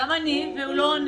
גם אני, והוא לא עונה.